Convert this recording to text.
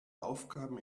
aufgaben